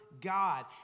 God